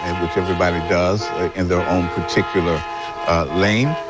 and which everybody does in their own particular lane,